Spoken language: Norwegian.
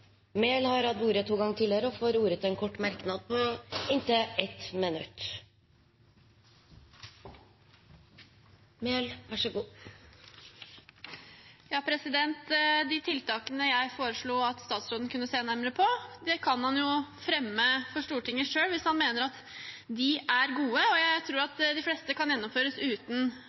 Mehl har hatt ordet to ganger tidligere i debatten, og får ordet til en kort merknad, begrenset til 1 minutt. De tiltakene jeg foreslo at statsråden kunne se nærmere på, kan han jo fremme for Stortinget selv hvis han mener at de er gode, og jeg tror at de fleste kan gjennomføres uten